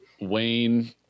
Wayne